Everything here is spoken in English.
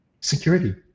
security